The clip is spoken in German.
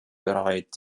bereit